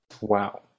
Wow